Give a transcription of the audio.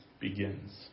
begins